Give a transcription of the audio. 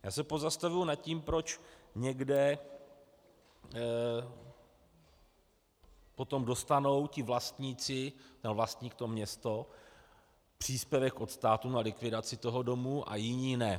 Já se pozastavuji nad tím, proč někde potom dostanou ti vlastníci, nebo vlastník, to město, příspěvek od státu na likvidaci toho domu a jiní ne.